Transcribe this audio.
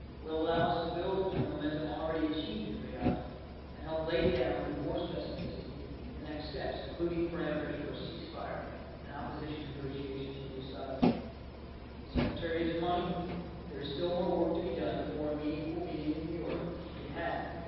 will allow us to build on the momentum already achieved in riyadh and help lay down with more specificity the next steps, including parameters for a ceasefire and opposition negotiations with the assad regime. the secretary is mindful that there is still more work to be done before a meaningful meeting in new york can be had,